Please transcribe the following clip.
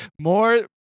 more